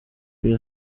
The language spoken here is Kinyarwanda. uyu